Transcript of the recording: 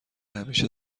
همیشه